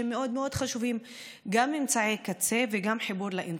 שהם מאוד מאוד חשובים: גם אמצעי קצה וגם חיבור לאינטרנט.